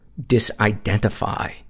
disidentify